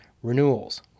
renewals